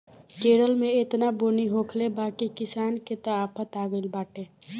केरल में एतना बुनी होखले बा की किसान के त आफत आगइल बाटे